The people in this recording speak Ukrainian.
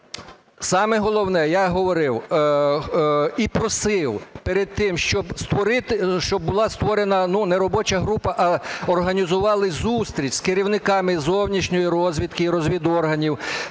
Саме головне, я говорив і просив перед тим, щоб була створена не робоча група, а організували зустріч з керівниками зовнішньої розвідки і розвідорганів